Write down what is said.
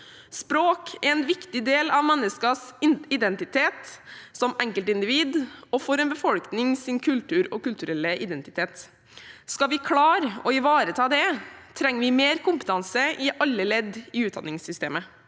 Språk er en viktig del av menneskers identitet som enkeltindivid og for en befolknings kultur og kulturelle identitet. Skal vi klare å ivareta det, trenger vi mer kompetanse i alle ledd i utdanningssystemet.